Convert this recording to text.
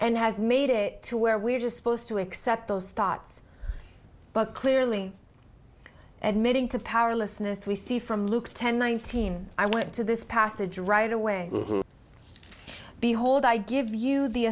and has made it to where we are just supposed to accept those thoughts but clearly admitting to powerlessness we see from luke ten nineteen i went to this passage right away behold i give you the